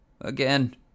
Again